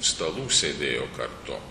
stalų sėdėjo kartu